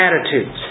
attitudes